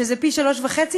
שזה פי-3.5,